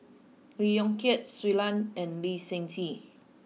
Lee Yong Kiat Shui Lan and Lee Seng Tee